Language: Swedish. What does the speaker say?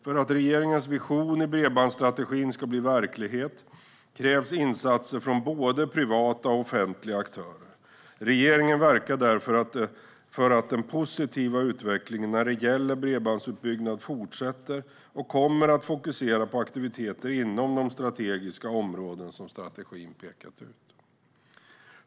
För att regeringens vision i bredbandsstrategin ska bli verklighet krävs insatser från både privata och offentliga aktörer. Regeringen verkar därför för att den positiva utvecklingen när det gäller bredbandsutbyggnad fortsätter och kommer att fokusera på aktiviteter inom de strategiska områden som strategin pekat ut.